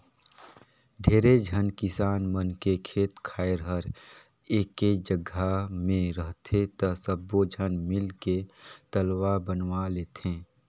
ढेरे झन किसान मन के खेत खायर हर एके जघा मे रहथे त सब्बो झन मिलके तलवा बनवा लेथें